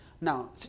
Now